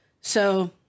So-